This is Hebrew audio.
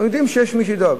אנחנו יודעים שיש מי שידאג.